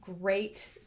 great